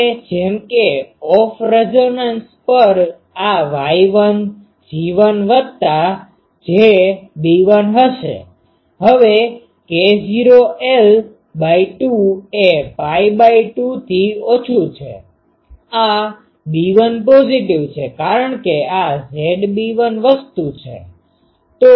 હવે જેમ કે ઓફ રેઝોનન્સ પર આ Y1 G1 વત્તા j B1 હશે હવે k0 l 2 એ પાઈ 2 થી ઓછું છે આ B1 પોઝીટીવ છે કારણ કે આ Z B1 વસ્તુ છે